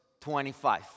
25